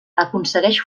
aconsegueix